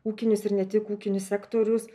ūkinius ir ne tik ūkinius sektorius